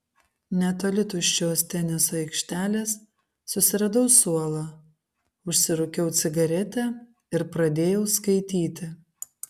netoli tuščios teniso aikštelės susiradau suolą užsirūkiau cigaretę ir pradėjau skaityti